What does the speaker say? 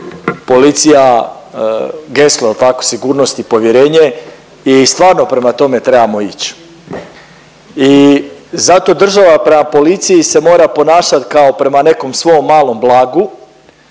policija geslo jel tako sigurnost i povjerenje i stvarno prema tome trebamo ić. I zato država prema policiji se mora ponašat kao prema nekom svom malom blagu.